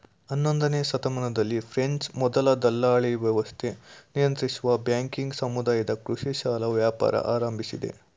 ಹನ್ನೊಂದನೇಯ ಶತಮಾನದಲ್ಲಿ ಫ್ರೆಂಚ್ ಮೊದಲ ದಲ್ಲಾಳಿವ್ಯವಸ್ಥೆ ನಿಯಂತ್ರಿಸುವ ಬ್ಯಾಂಕಿಂಗ್ ಸಮುದಾಯದ ಕೃಷಿ ಸಾಲ ವ್ಯಾಪಾರ ಆರಂಭಿಸಿದೆ